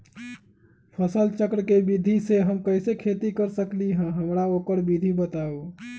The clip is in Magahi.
फसल चक्र के विधि से हम कैसे खेती कर सकलि ह हमरा ओकर विधि बताउ?